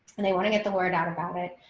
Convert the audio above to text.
and they want to get the word out about it.